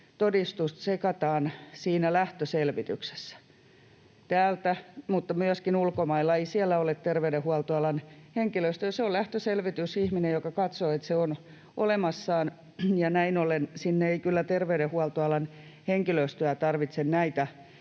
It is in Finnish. testitodistus tsekataan siinä lähtöselvityksessä täältä. Mutta myöskin ulkomailla: ei siellä ole terveydenhuoltoalan henkilöstöä, se on lähtöselvitysihminen, joka katsoo, että se on olemassa, ja näin ollen sinne ei kyllä terveydenhuoltoalan henkilöstöä tarvitse näitä